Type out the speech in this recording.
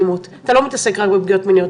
אלימות אתה לא מתעסק רק בפגיעות מיניות,